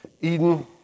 Eden